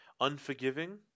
unforgiving